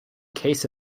case